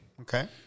okay